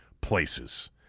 places